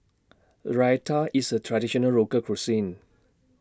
Raita IS A Traditional Local Cuisine